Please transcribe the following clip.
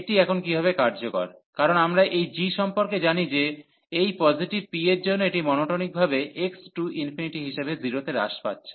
এটি এখন কীভাবে কার্যকর কারণ আমরা এই g সম্পর্কে জানি যে এই পজিটিভ p এর জন্য এটি মোনোটোনিক ভাবে x → হিসাবে 0 তে হ্রাস পাচ্ছে